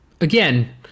again